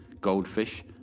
goldfish